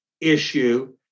issue